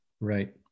Right